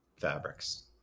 fabrics